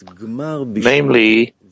namely